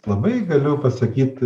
labai galiu pasakyti